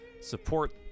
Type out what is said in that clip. support